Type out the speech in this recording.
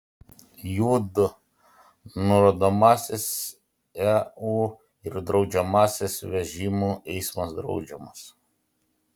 jų du nurodomasis eu ir draudžiamasis vežimų eismas draudžiamas